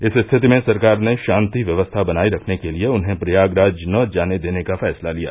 इस स्थिति में सरकार ने शान्ति व्यवस्था बनाये रखने के लिये उन्हें प्रयागराज न जाने देने का फैसला लिया